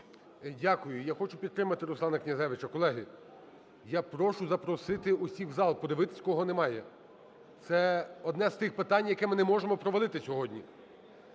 Дякую. Я хочу підтримати Руслана Князевича. Колеги, я прошу запросити всіх в зал, подивиться, кого немає. Це одне з тих питань, яке ми не можемо провалити сьогодні.